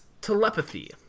Telepathy